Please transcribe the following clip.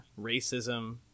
racism